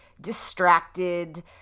distracted